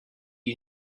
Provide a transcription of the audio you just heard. you